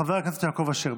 חבר הכנסת יעקב אשר,